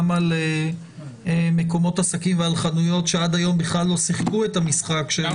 על מקומות עסקים ועל חנויות שעד היום בכלל לא שיחקו את המשחק של